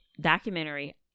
documentary